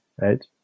right